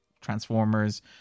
Transformers